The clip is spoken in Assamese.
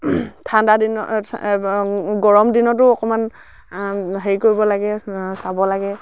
ঠাণ্ডা দিনত গৰম দিনতো অকণমান হেৰি কৰিব লাগে চাব লাগে